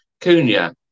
Cunha